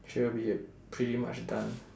she will be pretty much done